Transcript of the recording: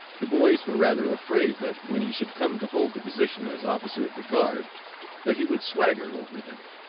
the boys were rather afraid that when he should come to hold the position as officer of the guard that he would swagger over them,